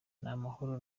n’amahoro